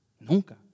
Nunca